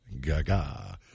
Gaga